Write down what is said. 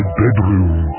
bedroom